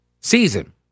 season